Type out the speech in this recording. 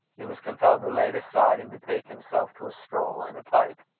he was compelled to lay it aside, and betake himself to a stroll and a pipe.